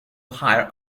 hire